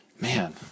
Man